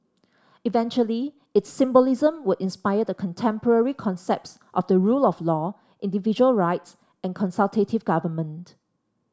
eventually its symbolism would inspire the contemporary concepts of the rule of law individual rights and consultative government